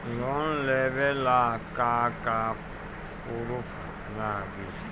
Loan लेबे ला का का पुरुफ लागि?